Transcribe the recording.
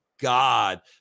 God